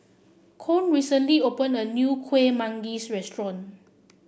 Koen recently opened a new Kueh Manggis restaurant